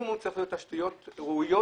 שצריך להיות מינימום תשתיות ראויות